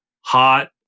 hot